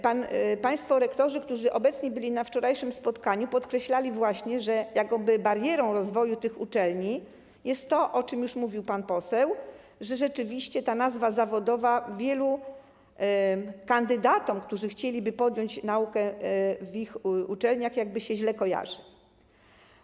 Państwo rektorzy, którzy obecni byli na wczorajszym spotkaniu, podkreślali właśnie, że jakoby barierą rozwoju tych uczelni jest to, o czym mówił już pan poseł, że rzeczywiście ta nazwa zawodowa wielu kandydatom, którzy chcieliby podjąć naukę w ich uczelniach, źle się kojarzy.